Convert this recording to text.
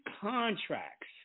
contracts